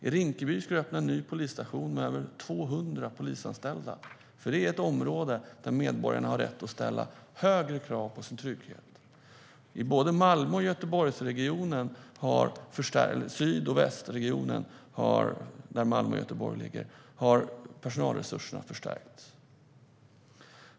I Rinkeby ska det öppna en ny polisstation med över 200 polisanställda, för det är ett område där medborgarna har rätt att ställa högre krav på sin trygghet. I syd och västregionen, där Malmö och Göteborg ligger, har personalresurserna förstärkts.